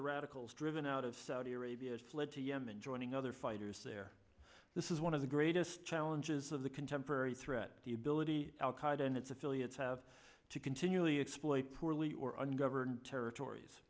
the radicals driven out of saudi arabia fled to yemen joining other fighters there this is one of the greatest challenges of the contemporary threat the ability al qaeda and its affiliates have to continually exploit pearlie or ungoverned territor